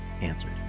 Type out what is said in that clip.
answered